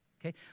Okay